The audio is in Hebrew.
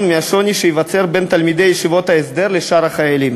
מהשוני שייווצר בין תלמידי ישיבות ההסדר לשאר החיילים.